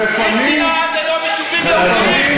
מי פינה עד היום יישובים יהודיים?